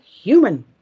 human